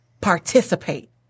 participate